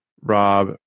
Rob